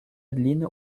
adeline